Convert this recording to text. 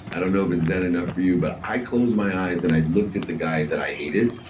i don't know if it's zen enough for you, but i closed my eyes and i looked at the guy that i hated,